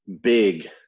big